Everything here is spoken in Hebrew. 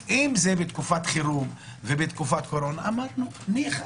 אם זה בתקופת חירום ובתקופת קורונה אמרנו ניחא.